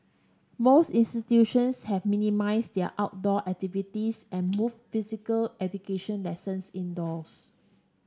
most institutions have minimised their outdoor activities and move physical education lessons indoors